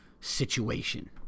situation